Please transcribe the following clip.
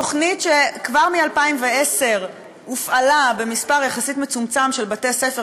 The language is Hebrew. תוכנית שכבר מ-2010 הופעלה במספר מצומצם יחסית של בתי-ספר,